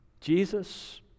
Jesus